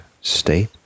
state